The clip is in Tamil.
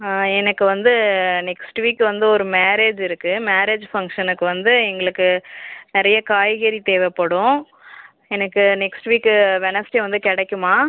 எனக்கு வந்து நெக்ஸ்ட் வீக் வந்து ஒரு மேரேஜ் இருக்குது மேரேஜ் ஃபங்க்ஷனுக்கு வந்து எங்களுக்கு நிறைய காய்கறி தேவைப்படும் எனக்கு நெக்ஸ்ட் வீக்கு வெனஸ்டே வந்து கிடைக்குமா